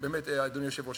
אדוני היושב-ראש,